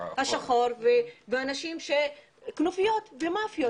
השחור ואלה כנופיות ומאפיות.